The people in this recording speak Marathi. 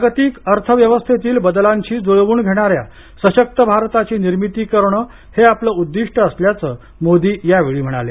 जागतिक अर्थव्यवस्थेतील बदलांशी जुळवून घेणाऱ्या सशक्त भारताची निर्मिती करणं हे आपलं उद्दिष्ट असल्याचं मोदी यावेळी म्हणाले